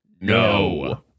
No